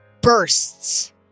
bursts